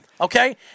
Okay